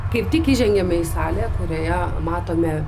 kaip tik įžengiame į salę kurioje matome